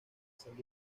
salud